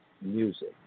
music